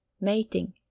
Mating